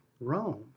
Rome